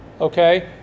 Okay